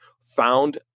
found